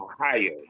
Ohio